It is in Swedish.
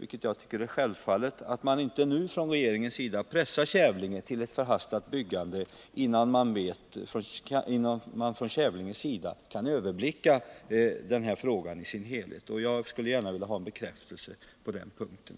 — vilket jag tycker är självklart — att regeringen inte nu, innan Kävlinge kommun kan överblicka frågan i dess helhet, pressar kommunen till ett förhastat byggande. Jag är tacksam för en bekräftelse på den punkten.